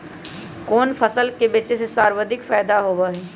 कोन फसल के बेचे से सर्वाधिक फायदा होबा हई?